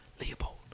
Leopold